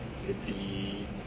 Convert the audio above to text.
Fifty